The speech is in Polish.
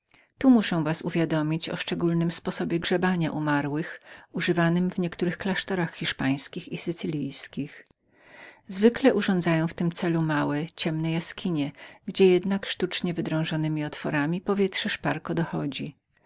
tu muszę was uwiadomić o szczególnym sposobie grzebania umarłych używanym w niektórych klasztorach hiszpańskich i sycylijskich zwykle urządzają w tym celu małe ciemne jaskinie gdzie jednak sztucznie wydrążonemi otworami powietrze szparko dochodzi